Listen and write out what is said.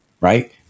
right